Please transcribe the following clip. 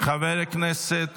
חבר הכנסת